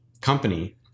company